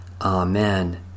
Amen